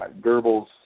Goebbels